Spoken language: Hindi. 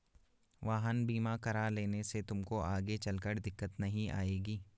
वाहन बीमा करा लेने से तुमको आगे चलकर दिक्कत नहीं आएगी